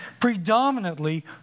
predominantly